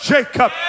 Jacob